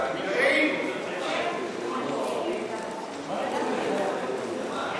לדיון בוועדה המיוחדת לדיון בהצעת חוק השידור הציבורי